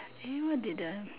no I didn't